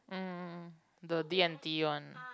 mm the D and T one